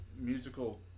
musical